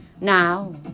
Now